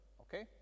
okay